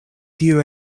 tiu